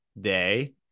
day